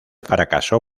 fracasó